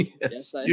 Yes